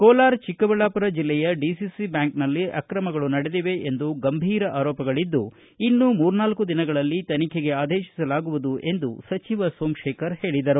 ಕೋಲಾರ ಚಿಕ್ಕಬಳ್ಳಾಪುರ ಜಲ್ಲೆಯ ಡಿಸಿಸಿ ಬ್ಯಾಂಕ್ನಲ್ಲಿ ಅಕ್ರಮಗಳು ನಡೆದಿವೆ ಎಂದು ಗಂಭೀರ ಆರೋಪಗಳದ್ದು ಇನ್ನು ಮೂರ್ನಾಲ್ಕು ದಿನಗಳಲ್ಲಿ ತನಿಖೆಗೆ ಆದೇಶಿಸಲಾಗುವುದು ಎಂದು ಸಚಿವ ಸೋಮತೇಖರ ತಿಳಿಸಿದರು